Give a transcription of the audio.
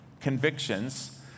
convictions